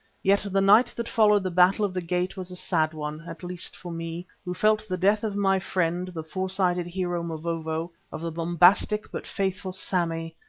yet the night that followed the battle of the gate was a sad one, at least for me, who felt the death of my friend the foresighted hero, mavovo, of the bombastic but faithful sammy,